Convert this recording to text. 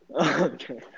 Okay